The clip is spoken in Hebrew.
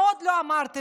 מה עוד לא אמרתם?